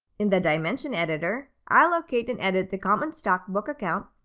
in the dimension editor, i'll locate and edit the common stock book account,